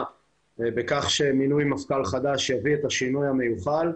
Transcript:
לכך שמינוי מפכ"ל חדש יביא את השינוי המיוחל.